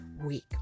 Week